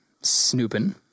snooping